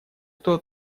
кто